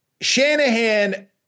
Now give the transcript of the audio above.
Shanahan